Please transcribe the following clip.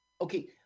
Okay